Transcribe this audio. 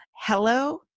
Hello